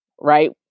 right